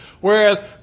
Whereas